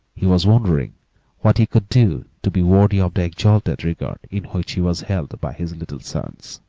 he was wondering what he could do to be worthy of the exalted regard in which he was held by his little sons.